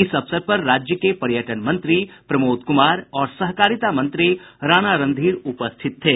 इस अवसर पर राज्य के पर्यटन मंत्री प्रमोद कुमार और सहकारिता मंत्री राणा रणधीर उपस्थित थे